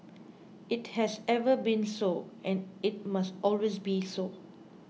it has ever been so and it must always be so